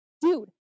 dude